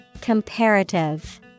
Comparative